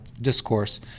discourse